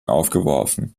aufgeworfen